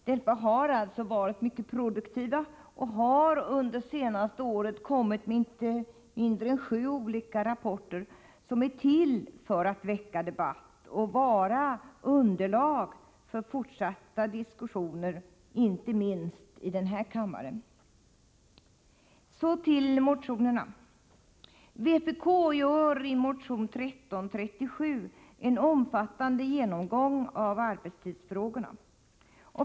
DELFA har alltså varit mycket produktiv och har under det senaste året kommit med inte mindre än sju olika rapporter som är till för att väcka debatt och vara underlag för fortsatta diskussioner inte minst i den här kammaren. Jag övergår nu till motionerna. Vpk gör i motion 1337 en omfattande genomgång av arbetstidsfrågorna.